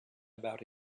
about